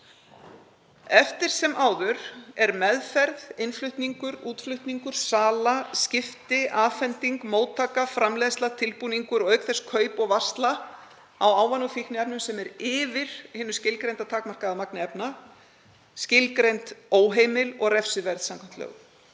Eftir sem áður er meðferð, innflutningur, útflutningur, sala, skipti, afhending, móttaka, framleiðsla, tilbúningur og auk þess kaup og varsla á ávana- og fíkniefnum sem er yfir hinu skilgreinda takmarkaða magni efna skilgreind óheimil og refsiverð samkvæmt lögum.